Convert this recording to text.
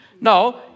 No